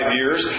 years